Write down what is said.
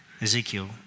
Ezekiel